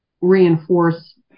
reinforce